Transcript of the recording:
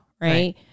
right